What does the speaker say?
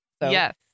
Yes